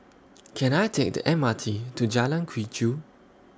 Can I Take The M R T to Jalan Quee Chew